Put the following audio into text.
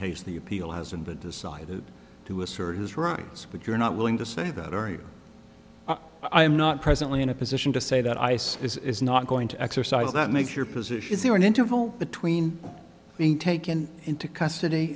case the appeal hasn't been decided to assert his rights but you're not willing to say that ari i am not presently in a position to say that ice is not going to exercise that makes your position is there an interval between being taken into custody